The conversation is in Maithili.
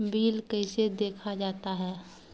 बिल कैसे देखा जाता हैं?